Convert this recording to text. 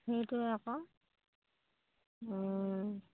সেইটোৱে আকৌ